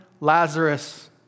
Lazarus